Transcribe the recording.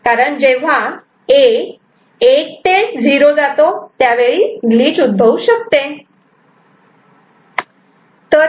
जेव्हा A '1 ते 0' जातो त्यावेळी ग्लिच उद्भवू शकते